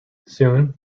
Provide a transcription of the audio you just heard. soon